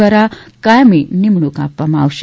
દ્વારા કાયમી નિમણુક આપવામાં આવશે